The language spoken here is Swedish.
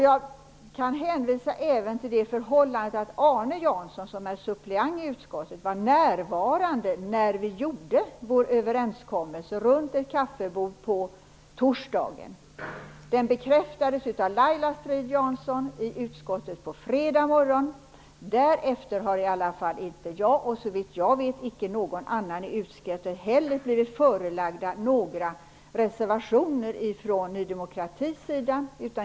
Jag kan hänvisa till det förhållandet att Arne Jansson, som är suppleant i utskottet, var närvarande när vi gjorde vår överenskommelse runt ett kaffebord på torsdagen. Den bekräftades av Laila Strid-Jansson i utskottet på fredag morgon. Därefter har inte jag, och såvitt jag vet icke någon annan i utskottet heller, blivit förelagd några reservationer från Ny demokratis sida.